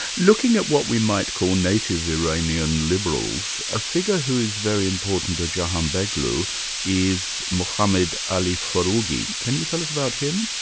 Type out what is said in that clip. looking at what we might call native iranian liberals, a figure who is very important to jahanbegloo is muhammad ali furughi. can you tell us about him?